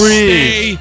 stay